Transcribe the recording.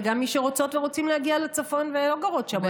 וגם מי שרוצות ורוצים להגיע לצפון ולא גרות שם,